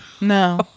no